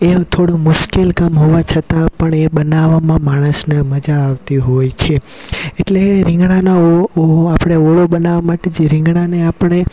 એ થોડું મુશ્કેલ કામ હોવા છતાં પણ એ બનાવામાં માણસને મજા આવતી હોય છે એટલે એ રિંગણાના આપણે ઓળો બનાવા માટે જે રીંગણાને આપણે